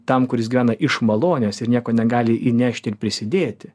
tam kuris gyvena iš malonės ir nieko negali įnešti prisidėti